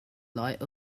light